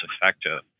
effective